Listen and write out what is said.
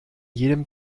jedem